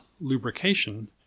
lubrication